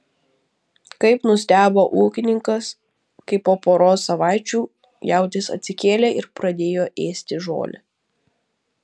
kaip nustebo ūkininkas kai po poros savaičių jautis atsikėlė ir pradėjo ėsti žolę